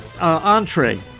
entree